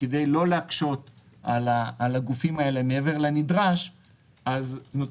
כדי לא להקשות על הגופים האלה מעבר לנדרש נותנים